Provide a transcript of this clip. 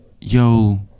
yo